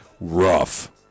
Rough